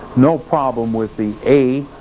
no problem with the a,